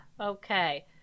okay